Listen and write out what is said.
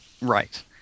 Right